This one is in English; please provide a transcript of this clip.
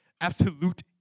absolute